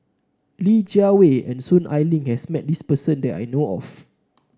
Li Jiawei and Soon Ai Ling has met this person that I know of